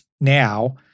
Now